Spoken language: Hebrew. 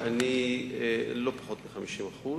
לא פחות מ-50%,